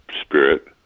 spirit